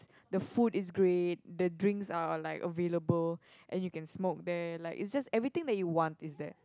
the food is great the drinks are like available and you can smoke there like it's just everything that you want is there